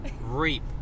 REAP